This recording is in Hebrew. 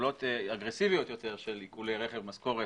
פעולות אגרסיביות יותר של עיקולי רכב, משכורת,